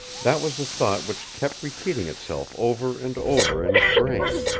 that was the thought which kept repeating itself over and over in his brain,